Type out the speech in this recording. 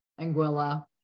Anguilla